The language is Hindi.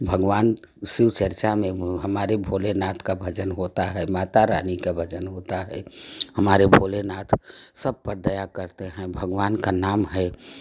भगवान शिवचर्चा में हमारे भोलेनाथ का भजन होता है माता रानी का भजन होता है हमारे भोलेनाथ सब पर दया करते हैँ भगवान का नाम है